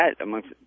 amongst